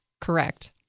correct